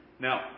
Now